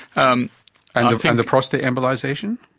um and and the prostate embolisation?